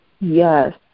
Yes